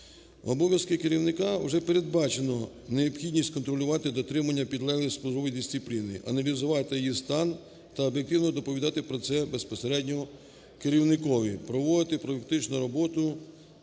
Обов'язками керівника вже передбачено необхідність контролювати дотримання підлеглих службової дисципліни, аналізувати її стан та об'єктивно доповідати про це безпосередньо керівникові; проводити практичну роботу